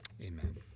Amen